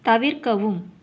தவிர்க்கவும்